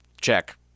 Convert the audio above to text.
check